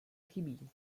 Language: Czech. chybí